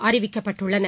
அறிவிக்கப்பட்டுள்ளன